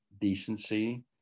decency